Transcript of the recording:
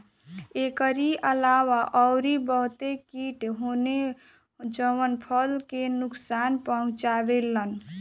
एकरी अलावा अउरी बहते किट होने जवन फसल के नुकसान पहुंचावे लन